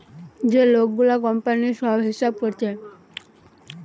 যে লোক গুলা কোম্পানির সব হিসাব কোরছে